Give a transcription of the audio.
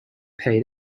pay